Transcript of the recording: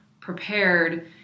prepared